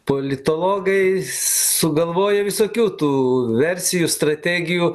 politologai sugalvoja visokių tų versijų strategijų